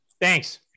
Thanks